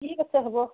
ঠিক আছে হ'ব